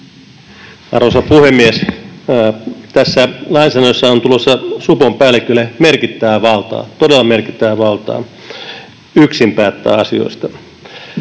Arvoisa puhemies! Tässä lainsäädännössä on tulossa supon päällikölle merkittävää valtaa, todella merkittävää valtaa, yksin päättää asioista.